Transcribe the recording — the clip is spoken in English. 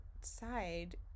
side